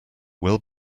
we’ll